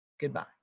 Goodbye